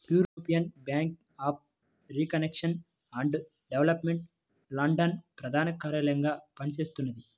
European bank for reconstruction and development London ప్రధాన కార్యాలయంగా పనిచేస్తున్నది